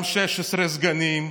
גם 16 סגנים,